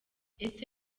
ese